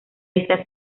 isla